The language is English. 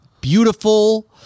beautiful